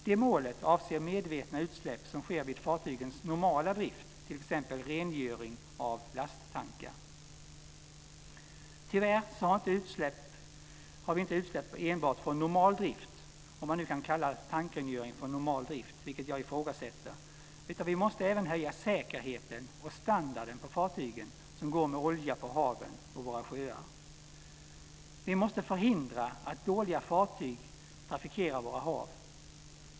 Det målet avser medvetna utsläpp som sker vid fartygens normala drift, t.ex. rengöring av lasttankar. Tyvärr finns det inte utsläpp från enbart normal drift - om man nu kan kalla tankrengöring för normal drift, vilket jag ifrågasätter. Vi måste även höja säkerheten och standarden på fartygen som går med olja på våra hav och sjöar. Vi måste förhindra att dåliga fartyg trafikerar våra hav.